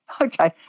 Okay